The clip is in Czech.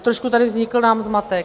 Trošku tady vznikl nám zmatek.